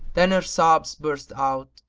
then her sobs burst out,